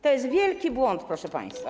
To jest wielki błąd, proszę państwa.